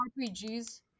RPGs